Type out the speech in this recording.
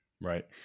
Right